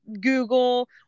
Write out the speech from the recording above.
Google